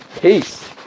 Peace